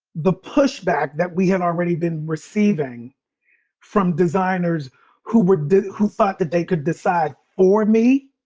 the pushback that we have already been receiving from designers who were, did, who thought that they could decide for me.